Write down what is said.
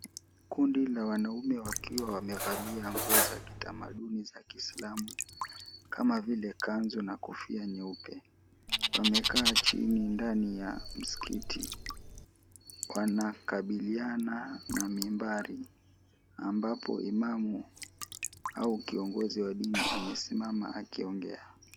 Kundi la wanaume wakiwa wamevalia nguo za kitamaduni za kiislamu kama vile kanzu na kofia nyeupe. Wamekaa chini ndani ya msikiti wanakabiliana na mimbari, ambapo imamu au kiongozi wa dini amesimama akiongea.